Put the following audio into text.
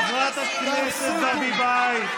חבר הכנסת אלמוג כהן, אתה בקריאה שנייה.